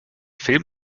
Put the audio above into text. film